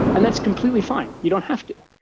and that's completely fine. you don't have to.